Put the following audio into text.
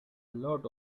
lot